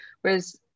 whereas